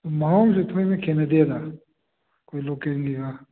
ꯃꯍꯥꯎꯁꯨ ꯊꯣꯏꯅ ꯈꯦꯠꯅꯗꯦꯗ ꯑꯩꯈꯣꯏ ꯂꯣꯀꯦꯟꯒꯤꯒ